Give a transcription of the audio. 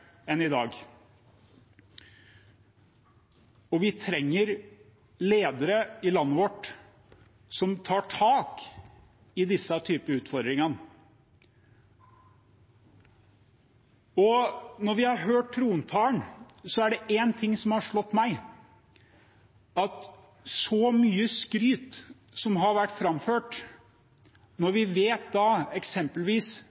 enn i dag. Vi trenger ledere i landet vårt som tar tak i denne typen utfordringer. Og nå når vi har hørt trontalen, er det én ting som har slått meg: Så mye skryt som har vært framført,